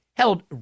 held